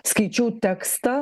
skaičiau tekstą